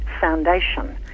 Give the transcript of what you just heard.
Foundation